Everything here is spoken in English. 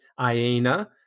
Aina